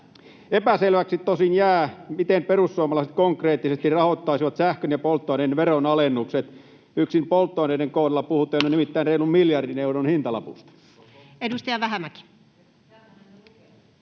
Epäselväksi tosin jää, miten perussuomalaiset konkreettisesti rahoittaisivat sähkön ja polttoaineiden veronalennukset. Yksin polttoaineiden kohdalla puhutte nimittäin reilun miljardin euron hintalapusta.